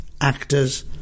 actors